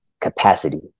capacity